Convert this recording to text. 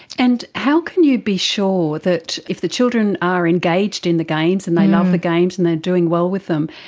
and how can you be sure that if the children are engaged in the games and they love the games and they are doing well them,